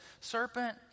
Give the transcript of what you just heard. serpent